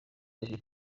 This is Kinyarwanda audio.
buryo